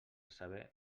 saber